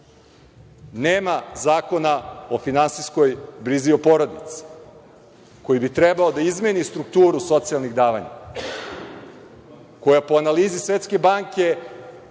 Nema zakona o finansijskoj brizi porodice koji bi trebao da izmeni strukturu socijalnih davanja koja, po analizi Svetske banke,